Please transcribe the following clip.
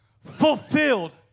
fulfilled